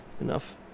enough